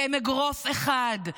והם אגרוף אחד,